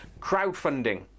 Crowdfunding